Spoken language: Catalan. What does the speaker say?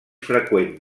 freqüent